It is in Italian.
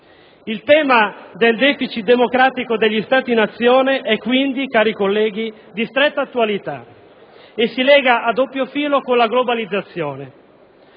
Il tema del *deficit* democratico degli Stati-Nazione è quindi, cari colleghi, di stretta attualità e si lega a doppio filo con la globalizzazione.